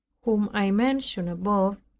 whom i mentioned above,